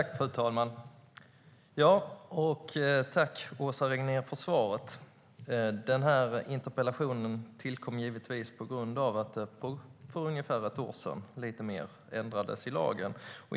Fru talman! Tack, Åsa Regnér, för svaret! Den här interpellationen tillkom givetvis på grund av att det för lite mer än ett år sedan ändrades i lagen.